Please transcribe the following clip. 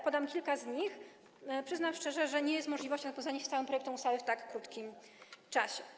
Podam kilka z nich, bo przyznam szczerze, że nie jest możliwe zapoznanie się z całym projektem ustawy w tak krótkim czasie.